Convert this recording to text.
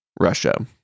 Russia